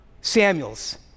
Samuels